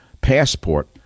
passport